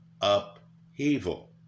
upheaval